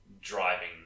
driving